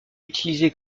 utilisé